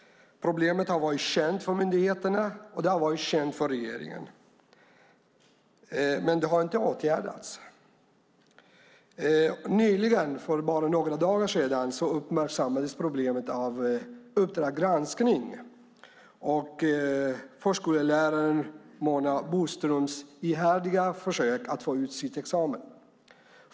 Problemet har varit känt för myndigheterna och känt för regeringen. Men det har inte åtgärdats. Nyligen, för bara några dagar sedan, uppmärksammades problemet av programmet Uppdrag granskning , där man tog upp förskoleläraren Mona Boströms ihärdiga försök att få ut sitt examensbevis.